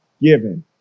given